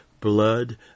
blood